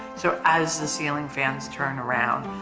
so, as the ceiling fans turn around,